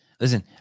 Listen